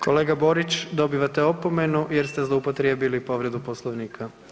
Kolega Borić, dobivate opomenu jer ste zloupotrijebili povredu Poslovnika.